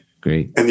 Great